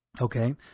okay